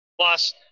plus